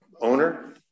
owner